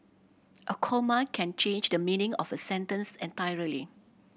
a comma can change the meaning of a sentence entirely